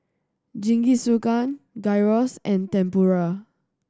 Jingisukan Gyros and Tempura